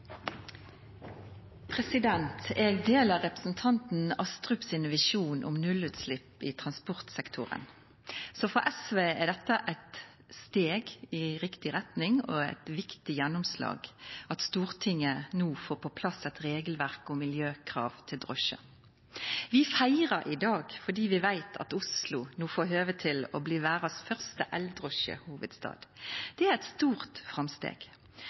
eit steg i riktig retning og eit viktig gjennomslag at Stortinget no får på plass eit regelverk om miljøkrav til drosjar. Vi feirar i dag fordi vi veit at Oslo no får høve til å bli verdas første eldrosjehovudstad. Det er eit stort framsteg.